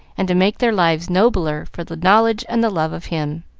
and to make their lives nobler for the knowledge and the love of him.